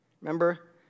Remember